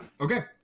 okay